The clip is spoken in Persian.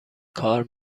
کار